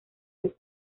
del